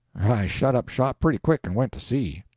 shut up shop pretty quick and went to sea.